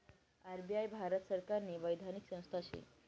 RBI Bharat सरकारनी वैधानिक संस्था शे